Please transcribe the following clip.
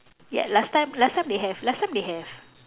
ya last time last time they have last time they have